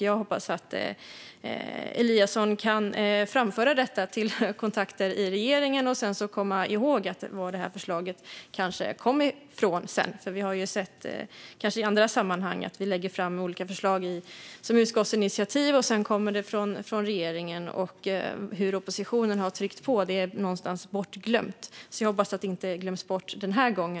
Jag hoppas att Eliasson kan framföra detta till kontakter i regeringen och komma ihåg var förslaget kom ifrån. Vi har i andra sammanhang lagt fram olika förslag som utskottsinitiativ, och sedan sett att de kommer som förslag från regeringen. Hur oppositionen har tryckt på är då bortglömt. Jag hoppas att det inte glöms bort den här gången.